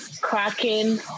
cracking